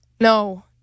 No